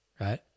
right